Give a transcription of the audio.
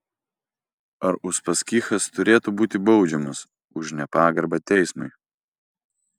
ar uspaskichas turėtų būti baudžiamas už nepagarbą teismui